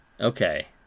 Okay